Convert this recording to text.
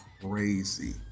crazy